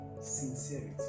Sincerity